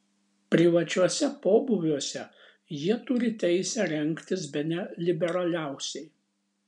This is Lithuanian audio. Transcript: privačiuose pobūviuose jie turi teisę rengtis bene liberaliausiai